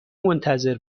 منتظر